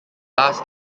last